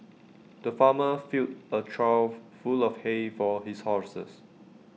the farmer filled A trough full of hay for his horses